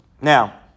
now